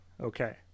Okay